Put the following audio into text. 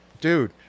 Dude